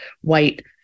white